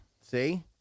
See